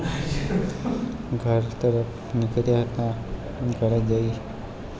ઘર તરફ નીકળ્યા હતા અને ઘરે જઈ જઈ